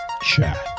Chat